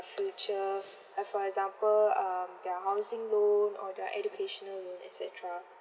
future like for example um their housing loan or their educational loan et cetera